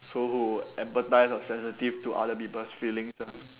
so empathise or sensitive to other people's feelings ah